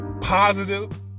positive